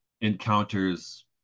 encounters